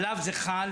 עליו זה חל.